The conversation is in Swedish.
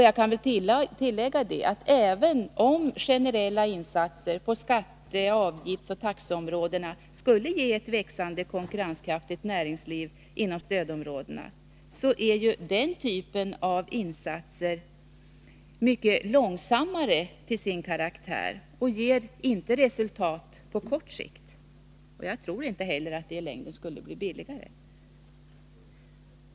Jag kan väl tillägga att även om generella insatser på skatte-, avgiftsoch taxeområdena skulle ge ett växande konkurrenskraftigt näringsliv inom stödområdena, är den typen av insatser emellertid mycket långsammare till sin karaktär och ger inte resultat på kort sikt. Jag tror inte heller att de i längden skulle bli billigare.